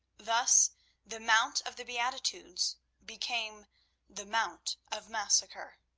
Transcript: thus the mount of the beatitudes became the mount of massacre.